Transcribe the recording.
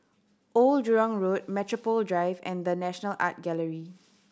Old Jurong Road Metropole Drive and The National Art Gallery